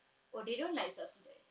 oh they don't like subsidise